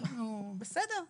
נו, בסדר.